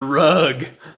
rug